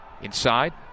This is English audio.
Inside